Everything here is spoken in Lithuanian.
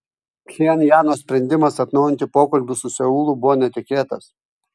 pchenjano sprendimas atnaujinti pokalbius su seulu buvo netikėtas